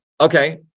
Okay